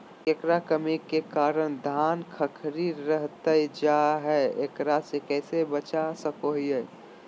केकर कमी के कारण धान खखड़ी रहतई जा है, एकरा से कैसे बचा सको हियय?